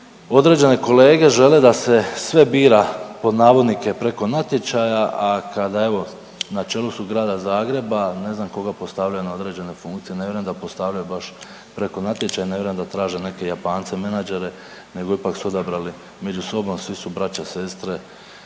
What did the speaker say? Određene kolege žele da se sve bira pod navodnike preko natječaja, a kada evo na čelu su grada Zagreba, ne znam tko ga postavlja na određene funkcije. Ne vjerujem da postavljaju baš preko natječaja, ne vjerujem da traže neke Japance menadžere, nego ipak su odabrali među sobom. Svi su braća, sestre,